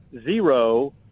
zero